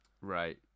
right